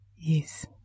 yes